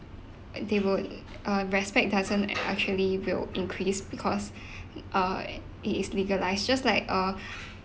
they will err respect doesn't actually will increase because err it is legalised just like err